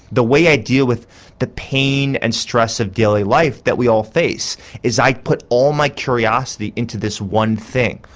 the way i deal with the pain and stress of daily life we all face is i put all my curiosity into this one thing.